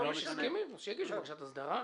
אבל יש הסכמים, אז שיגישו בקשת הסגרה.